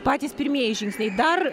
patys pirmieji žingsniai dar